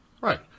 Right